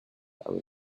will